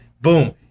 boom